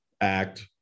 act